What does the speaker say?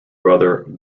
brother